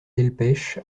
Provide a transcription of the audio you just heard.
delpech